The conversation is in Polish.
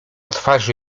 twarzy